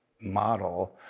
model